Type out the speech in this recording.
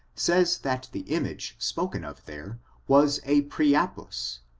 says that the image spoken of there was a priapus,